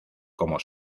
como